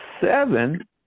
seven